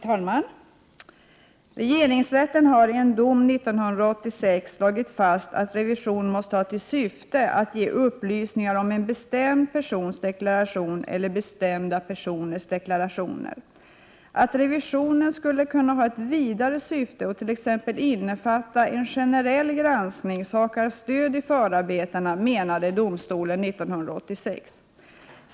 Herr talman! Regeringsrätten har i en dom 1986 slagit fast att revision måste ha till syfte att ge upplysningar om en bestämd persons deklaration eller bestämda personers deklarationer. Att revision skulle kunna ha ett vidare syfte och t.ex. innefatta en generell granskning saknar stöd i förarbetena, menade domstolen 1986.